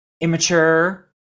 immature